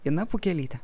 ina pukelyte